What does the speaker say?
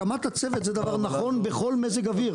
הקמת הצוות זה דבר נכון בכל מזג האוויר,